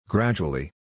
Gradually